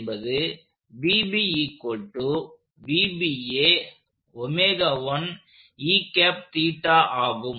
என்பது ஆகும்